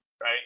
right